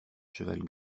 cheval